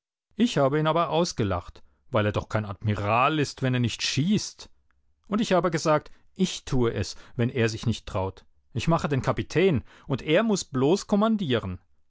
ich habe ihn aber ausgelacht weil er doch kein admiral ist wenn er nicht schießt und ich habe gesagt ich tue es wenn er sich nicht traut ich mache den kapitän und er muß bloß kommandieren